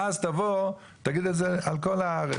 ואז תבוא, תגיד את זה על כל הארץ.